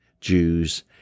Jews